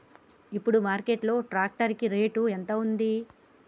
ఇప్పుడు మార్కెట్ లో ట్రాక్టర్ కి రేటు ఎంత ఉంది?